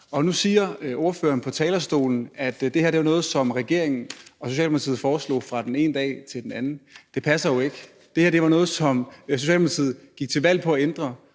Nu siger ordføreren på talerstolen, at det her er noget, som regeringen og Socialdemokratiet foreslog fra den ene dag til den anden, men det passer jo ikke. Det her var noget, som Socialdemokratiet gik til valg på at ændre,